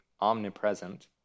omnipresent